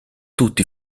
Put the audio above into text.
tutti